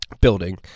building